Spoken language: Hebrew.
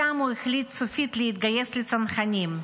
שם הוא החליט סופית להתגייס לצנחנים.